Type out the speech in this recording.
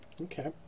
okay